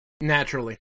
Naturally